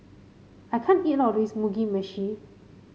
I can't eat all of this Mugi Meshi